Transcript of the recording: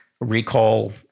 recall